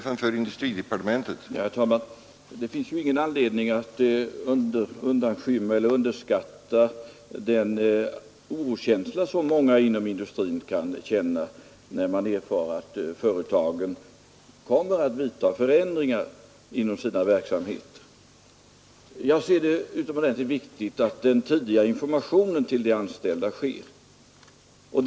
Herr talman! Det finns ju ingen anledning att undanskymma eller underskatta den oro som många inom industrin kan känna när man erfar att företagen kommer att vidta förändringar i sina verksamheter. Nr 128 Jag ser det som utomordentligt viktigt att de anställda får tidig Torsdagen den information.